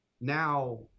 now